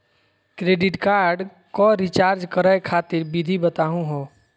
Credit card क recharge करै खातिर विधि बताहु हो?